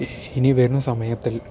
ഇനി വരുന്ന സമയത്തിൽ